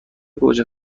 گوجه